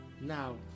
Now